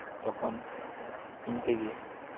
ᱛᱚᱠᱷᱚᱱ ᱤᱧ ᱛᱮᱜᱮ